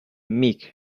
meek